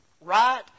right